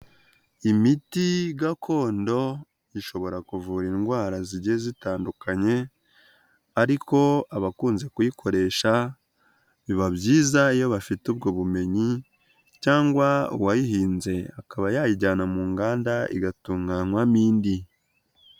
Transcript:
Imiti gakondo ishobora kuvura indwara zigiye zitandukanye ariko abakunze kuyikoresha biba byiza iyo bafite ubwo bumenyi cyangwa uwayihinze akaba yayijyana mu nganda igatunganywamo indi.